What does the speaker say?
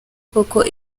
koko